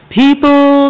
people